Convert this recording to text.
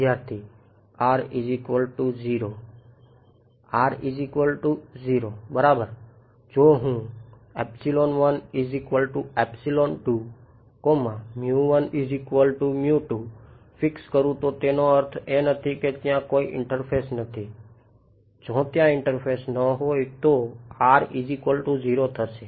વિદ્યાર્થી R0 R0 બરાબર જો હું ફિક્સ કરું તો તેનો અર્થ એ નથી કે ત્યાં કોઈ ઇન્ટરફેસ નથી જો ત્યાં ઇન્ટરફેસ ન હોય તો R 0 થશે